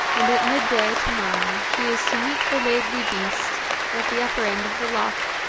and at midday to-morrow she is to meet the laidly beast at the upper end of the loch,